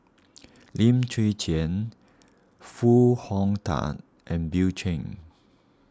Lim Chwee Chian Foo Hong Tatt and Bill Chen